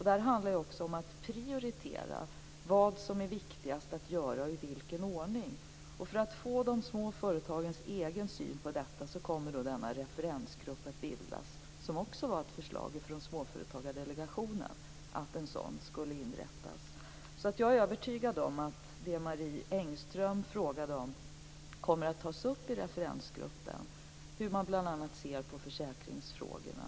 Det här handlar ju också om att prioritera, dvs. att se vad som är viktigast att göra och i vilken ordning, och för att få de små företagens egen syn på detta kommer denna referensgrupp att bildas. Det var också ett förslag från Småföretagsdelegationen att en sådan skulle inrättas. Jag är alltså övertygad om att det Marie Engström frågade om kommer att tas upp i referensgruppen, bl.a. hur man ser på försäkringsfrågorna.